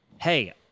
hey